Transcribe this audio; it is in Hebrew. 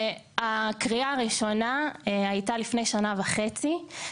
הקריאה הראשונה הייתה לפני כשנה וחצי,